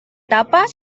tapa